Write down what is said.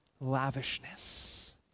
lavishness